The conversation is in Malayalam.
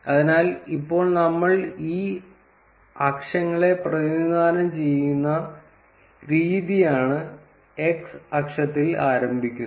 അതിനാൽ ഇപ്പോൾ നമ്മൾ ഈ അക്ഷങ്ങളെ പ്രതിനിധാനം ചെയ്യുന്ന രീതിയാണ് x അക്ഷത്തിൽ ആരംഭിക്കുന്നത്